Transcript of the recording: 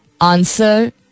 answer